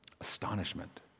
astonishment